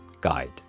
guide